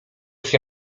się